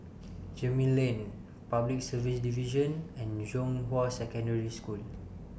Gemmill Lane Public Service Division and Zhonghua Secondary School